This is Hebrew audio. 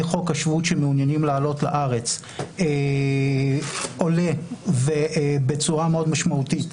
חוק השבות שמעוניינים לעלות לארץ עולה בצורה מאוד משמעותית,